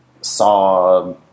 saw